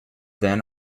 then